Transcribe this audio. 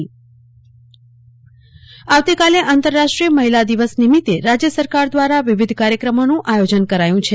શાહ માહેલ આવતીકાલે આંતરરાષ્ટ્રીય મહિલા દિવસ નિમિત્તે રાજય સરકાર દ્વારા વિવિધ કાર્યક્રમોનું આયોજન કરાયું છે